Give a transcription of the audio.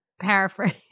paraphrase